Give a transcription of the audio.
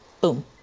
boom